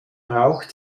rauch